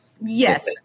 Yes